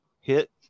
hit